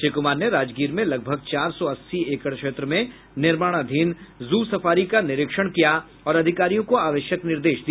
श्री कुमार ने राजगीर में लगभग चार सौ अस्सी एकड़ क्षेत्र में निर्माणाधीन जू सफारी का निरीक्षण किया और अधिकारियों को आवश्यक निर्देश दिया